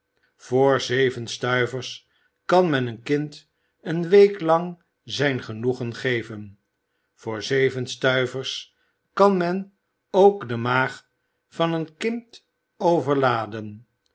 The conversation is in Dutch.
voor zeven stuivers kan men een kind een week lang zijn genoegen geven voor zeven stuivers kan men ook de maag van een kind overladen